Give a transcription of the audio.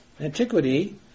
antiquity